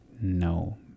no